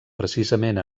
precisament